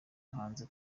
hanze